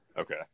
okay